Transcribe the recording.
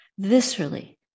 viscerally